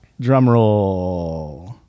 drumroll